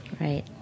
Right